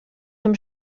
zum